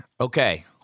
okay